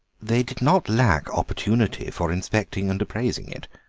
they did not lack opportunity for inspecting and appraising it.